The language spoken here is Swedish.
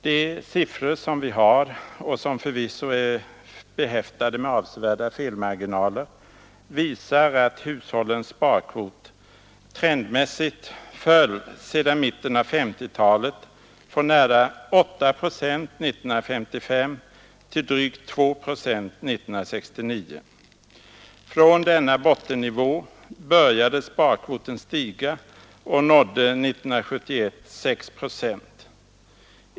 De siffror som vi har, och som förvisso är behäftade med avsevärda felmarginaler, visar att hushållens sparkvot trendmässigt föll sedan mitten av 1950-talet från nära 8 procent år 1955 till drygt 2 procent år 1969. Från denna bottennivå började sparkvoten stiga och nådde år 1971 6 procent.